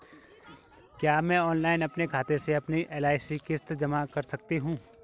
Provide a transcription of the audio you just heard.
क्या मैं ऑनलाइन अपने खाते से अपनी एल.आई.सी की किश्त जमा कर सकती हूँ?